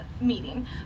meeting